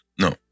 No